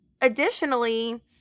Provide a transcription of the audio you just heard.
additionally